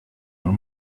old